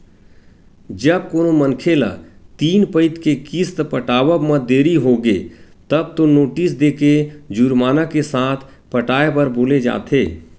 जब कोनो मनखे ल तीन पइत के किस्त पटावब म देरी होगे तब तो नोटिस देके जुरमाना के साथ पटाए बर बोले जाथे